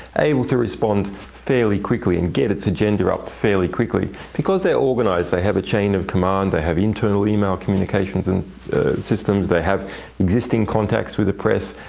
able to respond fairly quickly and get its agenda up fairly quickly because they are organized. they have a chain of command. they have internal e-mail communications and systems. they have existing contacts with the press.